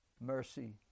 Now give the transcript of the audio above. mercy